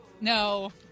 No